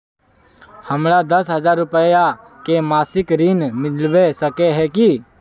हमरा दस हजार रुपया के मासिक ऋण मिलबे सके है की?